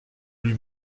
lui